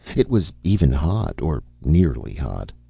it was even hot, or nearly hot.